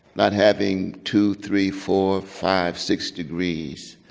not having two, three, four, five, six degrees,